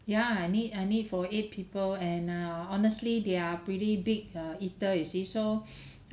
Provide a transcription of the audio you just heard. ya I need I need for eight people and uh honestly they are pretty big uh eater you see so